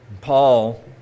Paul